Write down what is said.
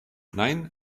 nein